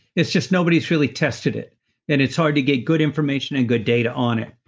it's just nobody's really tested it and it's hard to get good information and good data on it.